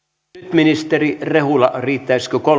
ministeri rehula riittäisikö kolme